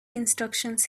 instructions